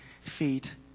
feet